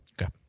Okay